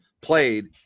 played